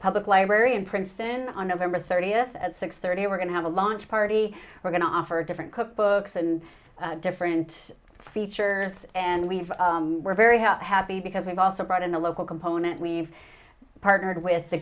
public library in princeton on november thirtieth at six thirty we're going to have a launch party we're going to offer different cookbooks and different features and we've we're very hot happy because we've also brought in the local component we've partnered with the